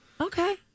Okay